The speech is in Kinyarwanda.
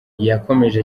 yakomeje